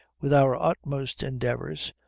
with our utmost endeavors,